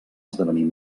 esdevenir